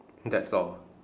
that's all